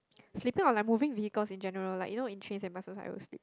sitting on like moving vehicles in general like you know in trains and buses I always sleep